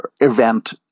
event